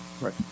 Right